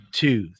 two